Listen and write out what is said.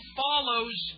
follows